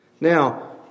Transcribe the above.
Now